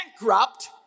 bankrupt